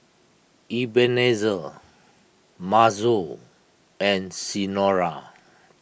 Ebenezer Masao and Senora